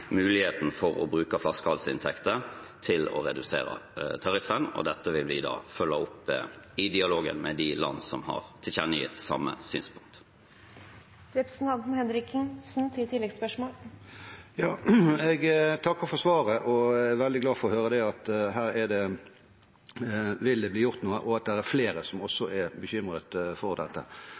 muligheten for å bruke flaskehalsinntekter til å redusere tariffen. Dette vil vi følge opp i dialogen med de landene som har tilkjennegitt samme synspunkt. Jeg takker for svaret og er veldig glad for å høre at her vil det bli gjort noe, og at det er flere som også er bekymret for dette.